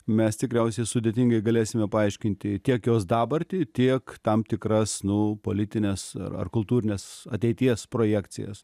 mes tikriausiai sudėtingai galėsime paaiškinti tiek jos dabartį tiek tam tikras nu politines ar ar kultūrines ateities projekcijas